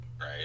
right